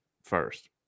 First